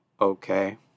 okay